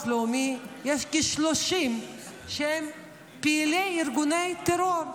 לאומי יש כ-30 שהם פעילי ארגוני טרור.